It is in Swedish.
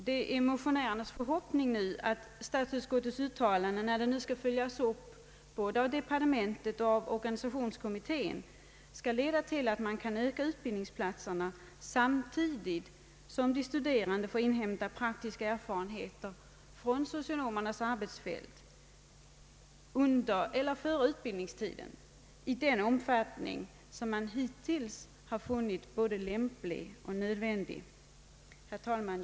Det är motionärernas förhoppning att statsutskottets uttalande, när det nu skall följas upp både av departementet och av organisationskommittén, skall leda till att utbildningsplatserna inom socionomutbildningen kan ökas samtidigt som de studerande får inhämta praktiska erfarenheter från socionomernas arbetsfält under eller före utbildningstiden i den omfattning som man hittills har funnit både lämplig och nödvändig. Herr talman!